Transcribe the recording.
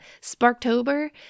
Sparktober